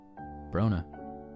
Brona